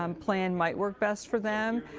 um plan might work best for them.